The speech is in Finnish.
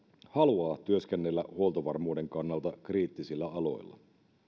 haluaa työskennellä huoltovarmuuden kannalta kriittisillä aloilla